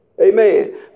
amen